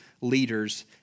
leaders